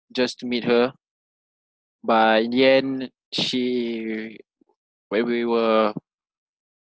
just to meet her but in the end she when we were